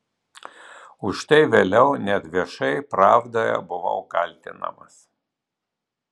už tai vėliau net viešai pravdoje buvau kaltinamas